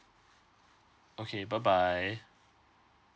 okay bye bye